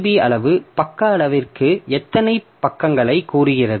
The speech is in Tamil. பி அளவு பக்க அளவிற்கு எத்தனை பக்கங்களைக் கூறுகிறது